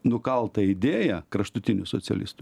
nukalta idėja kraštutinių socialistų